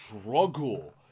struggle